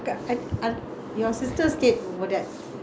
ya because early morning wedding was at krishnan temple what